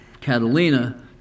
Catalina